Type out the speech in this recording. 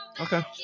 Okay